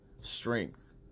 strength